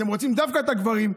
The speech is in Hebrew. אתם רוצים דווקא את הגברים,